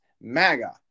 MAGA